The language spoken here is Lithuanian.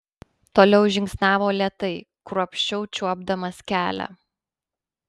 toliau žingsniavo lėtai kruopščiau čiuopdamas kelią